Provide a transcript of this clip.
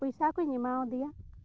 ᱯᱚᱭᱥᱟ ᱠᱚᱧ ᱮᱢᱟ ᱟᱫᱮᱭᱟ